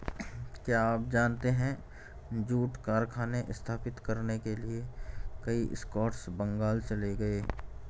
क्या आप जानते है जूट कारखाने स्थापित करने के लिए कई स्कॉट्स बंगाल चले गए?